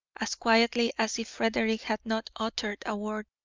as quietly as if frederick had not uttered a word,